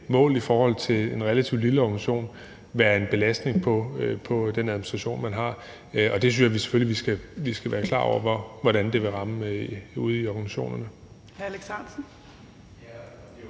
målt i forhold til en relativt lille organisation være en belastning for den administration, der er. Jeg synes selvfølgelig, at vi skal være klar over, hvordan det vil ramme ude i organisationerne.